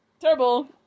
Terrible